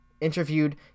interviewed